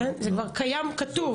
זה כבר קיים כתוב.